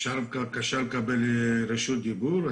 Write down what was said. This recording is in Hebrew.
אפשר בבקשה לקבל רשות דיבור?